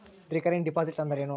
Recurring deposit ಅಂದರೇನು?